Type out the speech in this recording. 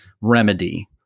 remedy